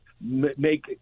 make